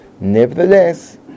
Nevertheless